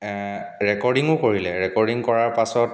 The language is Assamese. ৰেকৰ্ডিঙো কৰিলে ৰেকৰ্ডিং কৰাৰ পাছত